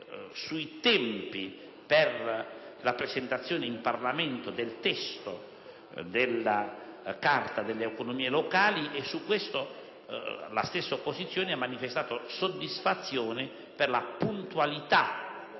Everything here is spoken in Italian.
sui tempi per la presentazione in Parlamento del testo della Carta delle autonomie locali, tanto che la stessa opposizione ha manifestato soddisfazione per la puntualità